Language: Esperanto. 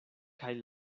kaj